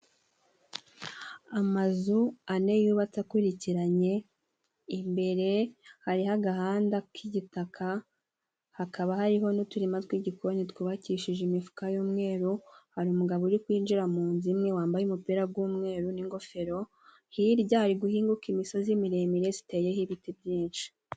Amazu ane yubatse akurikiranye , imbere hariho agahanda k'igitaka hakaba hariho n'uturima tw'igikoni twubakishije imifuka y'umweru , hari umugabo uri kwinjira mu nzu imwe wambaye umupira g'umweru n'ingofero , hirya hari guhinguka imisozi miremire ziteyeho ibiti byinshi.